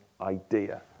idea